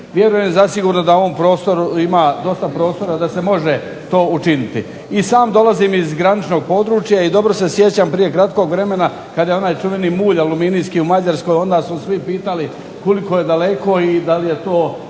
Vjerujem zasigurno da u ovom prostoru ima dovoljno prostora da se to može učiniti. I sam dolazim iz graničnog područja i dobro se sjećam onog razdoblja kada je onaj čuveni mulj aluminijski u Mađarskoj, onda su svi pitali koliko je daleko i kako se to